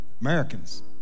Americans